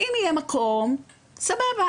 אם יהיה מקום, סבבה.